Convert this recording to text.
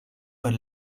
per